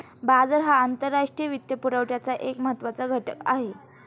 बाजार हा आंतरराष्ट्रीय वित्तपुरवठ्याचा एक महत्त्वाचा घटक आहे